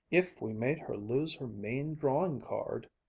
if we made her lose her main drawing card.